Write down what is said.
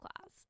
class